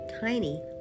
tiny